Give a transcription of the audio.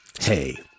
hey